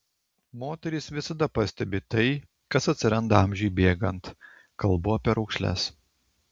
moterys visada pastebi tai kas atsiranda amžiui bėgant kalbu apie raukšles